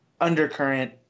undercurrent